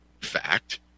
fact